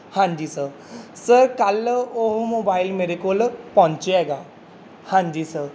ਹਾਂਜੀ sir sir ਕੱਲ੍ਹ ਉਹ ਮੋਬਾਈਲ ਮੇਰੇ ਕੋਲ ਪਹੁੰਚਿਆ ਹੈਗਾ ਹਾਂਜੀ ਸਰ